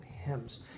hymns